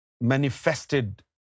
manifested